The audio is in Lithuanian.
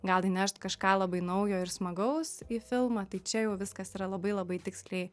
gal įnešt kažką labai naujo ir smagaus į filmą tai čia jau viskas yra labai labai tiksliai